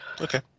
Okay